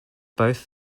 both